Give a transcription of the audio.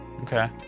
Okay